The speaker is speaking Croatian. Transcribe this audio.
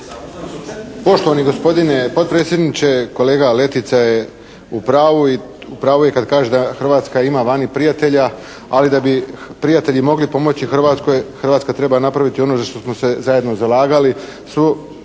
Poštovani gospodine potpredsjedniče, kolega Letica je u pravu i u pravu je kad kaže da Hrvatska ima vani prijatelja ali da bi prijatelji mogli pomoći Hrvatskoj Hrvatska treba napraviti ono za što smo se zajedno zalagali.